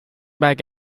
bike